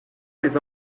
les